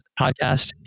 podcast